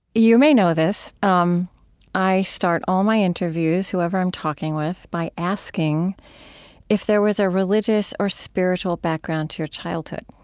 you may know this um i start all my interviews, whoever i'm talking with, by asking if there was a religious or spiritual background to your childhood?